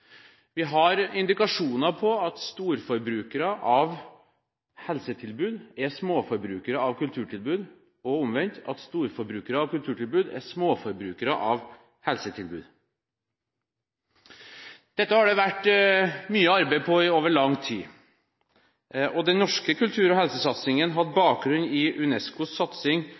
Vi har indikasjoner på at storforbrukere av helsetilbud er småforbrukere av kulturtilbud, og omvendt at storforbrukere av kulturtilbud er småforbrukere av helsetilbud. Dette har det vært arbeidet mye med over lang tid. Den norske kultur- og helsesatsingen hadde bakgrunn i UNESCOs satsing